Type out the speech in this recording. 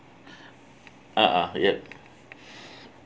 uh ah ya